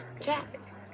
Jack